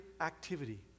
activity